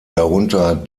darunter